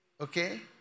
Okay